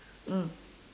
mm